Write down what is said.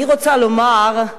אני רוצה לומר,